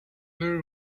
very